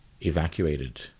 evacuated